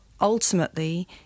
ultimately